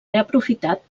reaprofitat